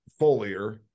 foliar